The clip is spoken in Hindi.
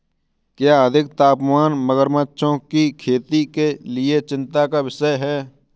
क्या अधिक तापमान मगरमच्छों की खेती के लिए चिंता का विषय है?